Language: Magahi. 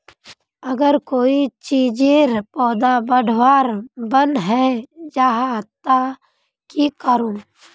अगर कोई चीजेर पौधा बढ़वार बन है जहा ते की करूम?